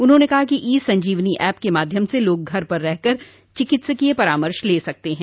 उन्होंने कहा कि ई संजीवनी ऐप के माध्यम से लोग घर पर रह कर चिकित्सीय परामर्श ले सकते हैं